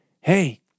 Hey